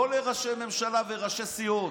לא לראשי ממשלה וראשי סיעות.